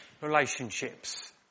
relationships